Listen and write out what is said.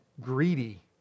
greedy